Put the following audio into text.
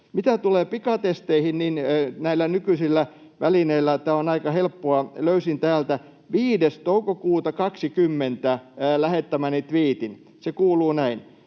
Mitä tulee pikatesteihin, näillä nykyisillä välineillä tämä on aika helppoa. Löysin täältä 5. toukokuuta 20 lähettämäni tviitin. Se kuuluu näin: